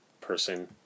person